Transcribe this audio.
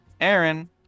aaron